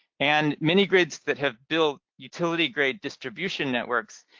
and mini-grids that have built utility-grade distribution networks